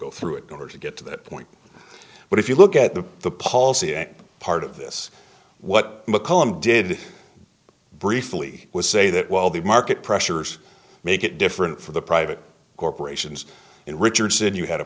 go through it or to get to that point but if you look at the the policy at part of this what mccollum did briefly was say that while the market pressures make it different for the private corporations in richardson you had a